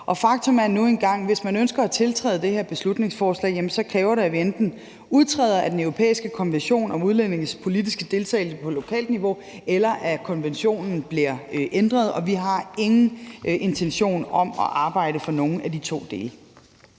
nu engang, at hvis man ønsker at tiltræde det her beslutningsforslag, kræver det, at vi enten udtræder af den europæiske konvention om udlændinges politiske deltagelse på lokalt niveau, eller at konventionen bliver ændret. Vi har ingen intention om at arbejde for nogen af de to dele.